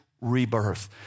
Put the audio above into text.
rebirth